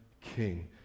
King